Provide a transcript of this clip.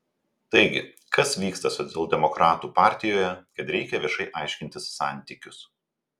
taigi kas vyksta socialdemokratų partijoje kad reikia viešai aiškintis santykius